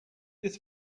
this